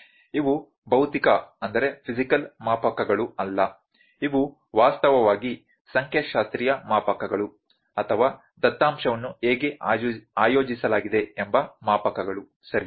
ಇವು ಭೌತಿಕ ಮಾಪಕಗಳು ಅಲ್ಲ ಇವು ವಾಸ್ತವವಾಗಿ ಸಂಖ್ಯಾಶಾಸ್ತ್ರೀಯ ಮಾಪಕಗಳು ಅಥವಾ ದತ್ತಾಂಶವನ್ನು ಹೇಗೆ ಆಯೋಜಿಸಲಾಗಿದೆ ಎಂಬ ಮಾಪಕಗಳು ಸರಿ